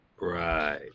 Right